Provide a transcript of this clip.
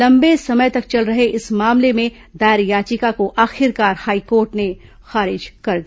लंबे समय तक चल रहे इस मामले में दायर याचिका को आखिरकार हाईकोर्ट ने खारिज कर दिया